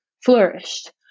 flourished